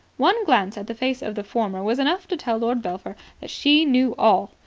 one glance at the face of the former was enough to tell lord belpher that she knew all.